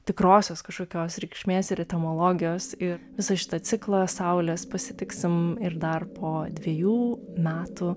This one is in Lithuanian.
tikrosios kažkokios reikšmės ir etimologijos ir visą šitą ciklą saulės pasitiksim ir dar po dvejų metų